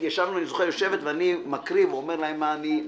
אני זוכר: הקראתי להן ואמרתי מה אני מבקש.